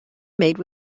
made